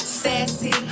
sassy